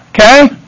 Okay